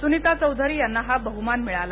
सुनीता चौधरी यांना हा बहमान मिळाला